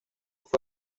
fue